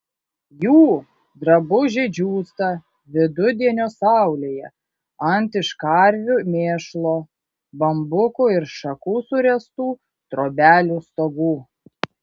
jų drabužiai džiūsta vidudienio saulėje ant iš karvių mėšlo bambukų ir šakų suręstų trobelių stogų